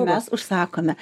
mes užsakome